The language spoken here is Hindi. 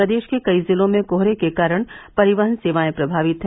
प्रदेश के कई जिलों में कोहरे के कारण परिवहन सेवायें प्रभावित हैं